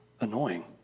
annoying